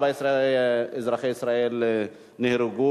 14 אזרחי ישראל נהרגו